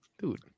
dude